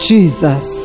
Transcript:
Jesus